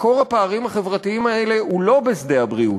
מקור הפערים החברתיים האלה הוא לא בשדה הבריאות,